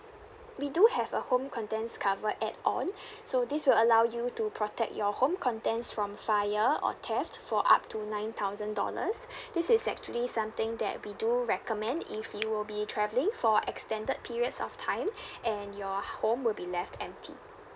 we do have a home contents cover add-on so this will allow you to protect your home contents from fire or theft for up to nine thousand dollars this is actually something that we do recommend if you will be travelling for extended periods of time and your home would be left empty